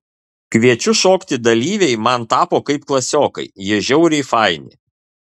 kviečiu šokti dalyviai man tapo kaip klasiokai jie žiauriai faini